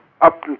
up